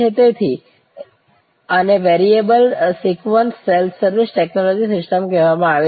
તેથી આને variable sequence self service technology systems કહેવામાં આવે છે